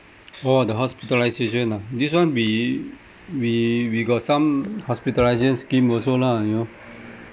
oh the hospitalisation ah this one we we we got some hospitalisation scheme also lah you know